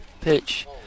pitch